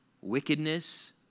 wickedness